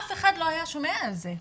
אף אחד לא היה שומע על זה.